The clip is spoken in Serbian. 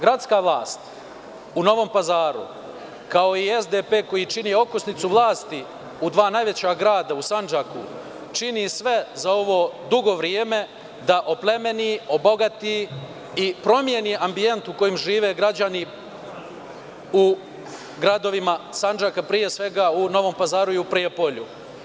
Gradska vlast u Novom Pazaru, kao i SDP, koji čini okosnicu vlasti u dva najveća grada u Sandžaku, čini sve za ovo dugo vreme da oplemeni, obogati i promeni ambijent u kojem žive građani u gradovima Sandžaka, pre svega u Novom Pazaru i Prijepolju.